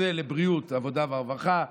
לפצל לבריאות ועבודה ורווחה,